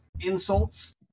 insults